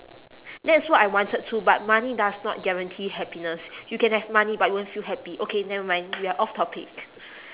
that's what I wanted to but money does not guarantee happiness you can have money but you won't feel happy okay never mind we are off topic